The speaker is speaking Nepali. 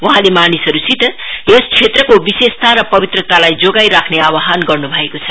वहाँले मानिसहरूसित यस क्षेत्रको विशेषता र पवित्रतालाई जोगाई राख्ने आहवान गर्न् भएको छ